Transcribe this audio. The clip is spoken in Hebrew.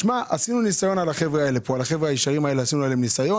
עשינו על החבר'ה הישרים האלה ניסיון,